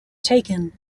taken